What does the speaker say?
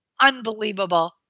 unbelievable